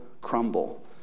crumble